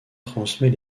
transmet